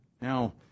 Now